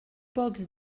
pocs